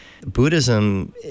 Buddhism